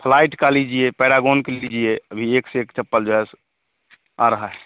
flight का लीजिए Paragon का लीजिए अभी एक से एक चप्पल जो है सो आ रहा है